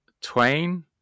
Twain